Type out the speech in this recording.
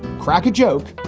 crack a joke,